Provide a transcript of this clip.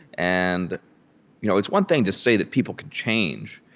and you know it's one thing to say that people could change,